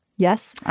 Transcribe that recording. yes.